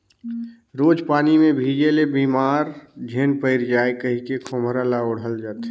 रोज पानी मे भीजे ले बेमार झिन पइर जाए कहिके खोम्हरा ल ओढ़ल जाथे